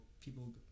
People